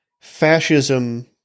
fascism